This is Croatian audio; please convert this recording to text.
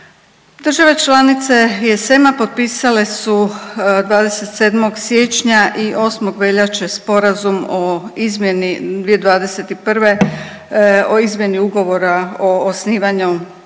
Države članice ESM-a potpisale su 27. siječnja i 8. veljače sporazum o izmjeni 2021. o izmjeni Ugovora o osnivanju